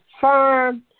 firm